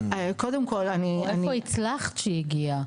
או איפה הצלחת שהיא הגיעה.